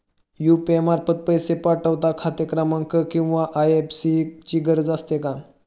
UPI मार्फत पैसे पाठवता खाते क्रमांक किंवा आय.एफ.एस.सी ची गरज असते का?